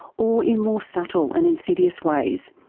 or in more subtle and insidious ways,